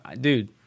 dude